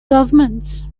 governments